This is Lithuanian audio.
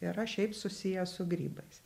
yra šiaip susiję su grybais